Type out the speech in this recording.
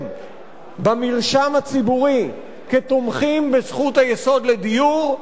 במרשם הציבורי כתומכים בזכות היסוד לדיור,